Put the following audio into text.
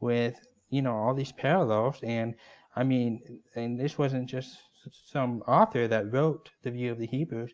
with you know all these parallels. and i mean and this wasn't just some author that wrote the view of the hebrews.